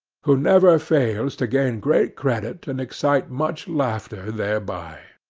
who never fails to gain great credit and excite much laughter thereby.